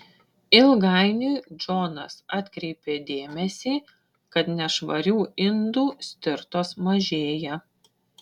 ilgainiui džonas atkreipė dėmesį kad nešvarių indų stirtos mažėja